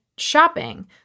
shopping